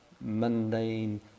mundane